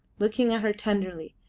looking at her tenderly,